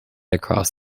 across